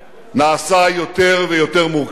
נעשה יותר ויותר מורכב,